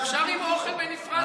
אפשר עם אוכל בנפרד,